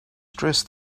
dressed